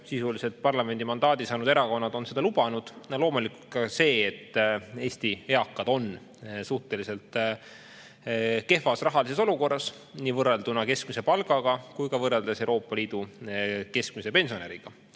sisuliselt kõik parlamendimandaadi saanud erakonnad on seda lubanud, on [oluline] loomulikult ka see, et Eesti eakad on suhteliselt kehvas rahalises olukorras nii võrrelduna keskmise palga saajaga kui ka võrreldes Euroopa Liidu keskmise pensionäriga.